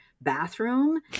bathroom